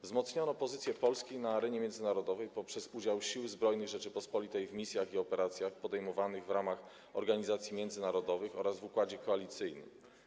Wzmocniono pozycję Polski na arenie międzynarodowej poprzez udział Sił Zbrojnych Rzeczypospolitej w misjach i operacjach podejmowanych w ramach organizacji międzynarodowych oraz w układzie koalicyjnym.